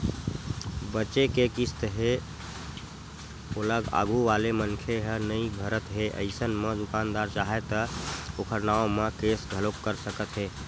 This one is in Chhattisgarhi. बचें के किस्त हे ओला आघू वाले मनखे ह नइ भरत हे अइसन म दुकानदार चाहय त ओखर नांव म केस घलोक कर सकत हे